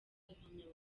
impamyabumenyi